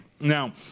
Now